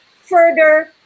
further